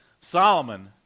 Solomon